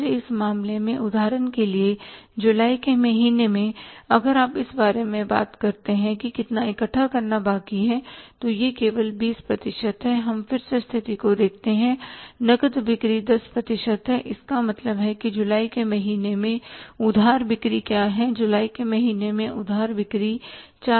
इसलिए इस मामले में उदाहरण के लिए जुलाई के महीने में अगर आप इस बारे में बात करें कि कितना इकट्ठा करना बाकी है तो यह केवल 20 प्रतिशत है हम फिर से स्थिति को देखते हैं नकद बिक्री 10 प्रतिशत है इसका मतलब है कि जुलाई के महीने में उधार बिक्री क्या है जुलाई के महीने में उधार बिक्री 400000 है